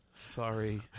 sorry